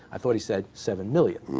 i thought he said seven million.